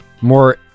More